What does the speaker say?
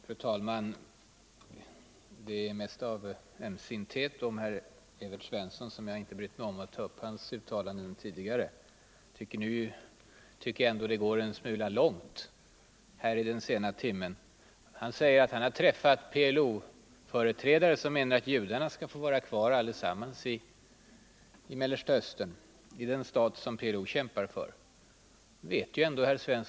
Fru talman! Det är mest av ömsinthet om herr Svensson i Kungälv som jag tidigare inte brytt mig om att ta upp hans uttalanden. Men nu tycker jag det går en smula långt här i den sena timmen. Herr Svensson säger att han har träffat PLO-företrädare som menar att judarna allesammans skall få vara kvar i den stat som PLO kämpar för i Mellersta Östern.